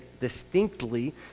distinctly